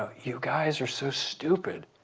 you guys are so stupid.